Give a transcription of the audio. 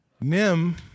Nim